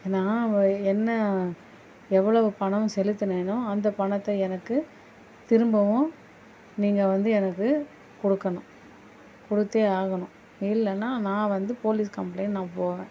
நான் ஒ என்ன எவ்வளவு பணம் செலுத்துனேனோ அந்த பணத்தை எனக்கு திரும்பவும் நீங்கள் வந்து எனக்கு கொடுக்கணும் கொடுத்தே ஆகணும் இல்லைனா நான் வந்து போலீஸ் கம்ப்ளைண்ட் நான் போவேன்